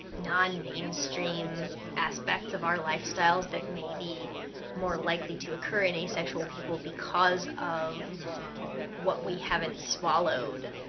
non-mainstream aspects of our lifestyles that may be more likely to occur in asexual people because of what we haven't swallowed.